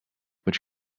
which